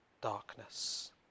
darkness